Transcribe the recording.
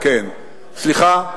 שטיינברג, כן, סליחה,